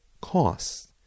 costs